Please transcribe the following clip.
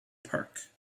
park